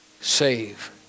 save